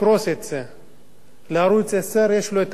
לערוץ-10 יש חוב למדינת ישראל,